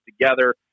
together